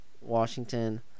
Washington